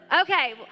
Okay